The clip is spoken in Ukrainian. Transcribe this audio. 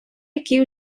який